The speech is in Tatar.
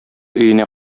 өенә